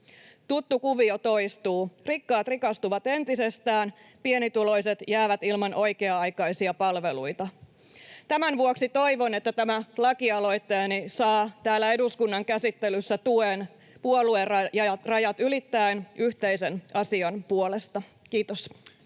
Tuttu kuvio toistuu: rikkaat rikastuvat entisestään, pienituloiset jäävät ilman oikea-aikaisia palveluita. Tämän vuoksi toivon, että tämä lakialoitteeni saa täällä eduskunnan käsittelyssä tuen puoluerajat ylittäen yhteisen asian puolesta. — Kiitos.